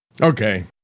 Okay